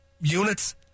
units